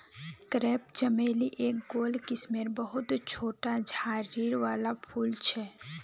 crepe चमेली एक गोल किस्मेर बहुत छोटा झाड़ी वाला फूल छे